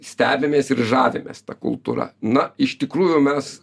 stebimės ir žavimės ta kultūra na iš tikrųjų mes